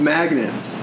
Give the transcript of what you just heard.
Magnets